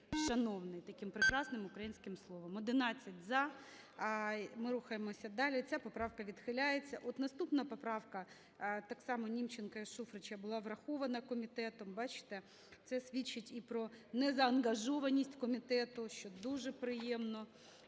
"Шановний" – таким прекрасним українським словом. 11:56:55 За-11 Ми рухаємося далі. Ця поправка відхиляється. От наступна поправка, так самоНімченка і Шуфрича, була врахована комітетом. Бачите, це свідчить про незаангажованість комітету, що дуже приємно